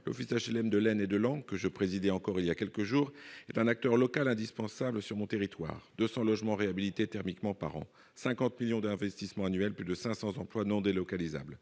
l'office HLM de l'année, de langues que je préside encore il y a quelques jours, est un acteur local indispensable surmonter victoire 200 logements réhabilités thermiquement par an, 50 millions d'investissement annuel, plus de 500 emplois non délocalisables